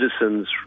citizens